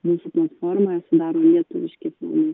mūsų platformoje sudaro lietuviški filmai